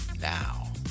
Now